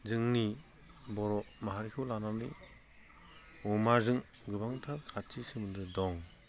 जोंनि बर' माहारिखौ लानानै अमाजों गोबांथार खाथि सोमोन्दो दं